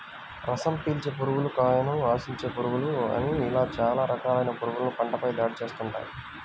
రసం పీల్చే పురుగులు, కాయను ఆశించే పురుగులు అని ఇలా చాలా రకాలైన పురుగులు పంటపై దాడి చేస్తుంటాయి